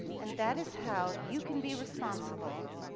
and that is how you can be responsible,